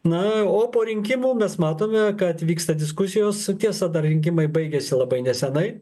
na o po rinkimų mes matome kad vyksta diskusijos tiesa dar rinkimai baigėsi labai nesenai